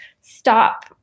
stop